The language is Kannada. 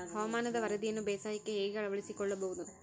ಹವಾಮಾನದ ವರದಿಯನ್ನು ಬೇಸಾಯಕ್ಕೆ ಹೇಗೆ ಅಳವಡಿಸಿಕೊಳ್ಳಬಹುದು?